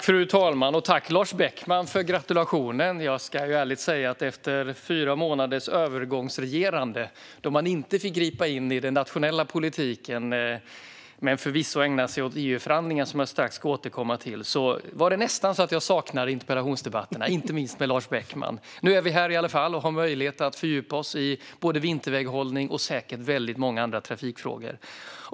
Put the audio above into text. Fru talman! Tack, Lars Beckman, för gratulationen! Jag ska ärligt säga att efter fyra månaders övergångsregerande, då man inte fick gripa in i den nationella politiken men förvisso ägna sig åt EU-förhandlingen, som jag strax ska återkomma till, var det nästan så att jag saknade interpellationsdebatterna, inte minst med Lars Beckman. Nu är vi här i alla fall och har möjlighet att fördjupa oss i både vinterväghållning och många andra trafikfrågor.